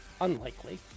unlikely